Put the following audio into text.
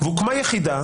והוקמה יחידה